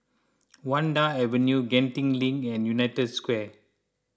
Vanda Avenue Genting Link and United Square